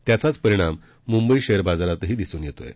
त्याचाच परिणाम मुंबई शेअर बाजारातही दिसून येतोय